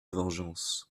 vengeance